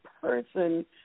person